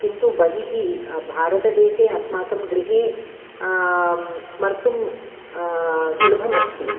किन्तु बहिः भारतदेशे अस्माकं गृहे स्मर्तुं सुलभमस्ति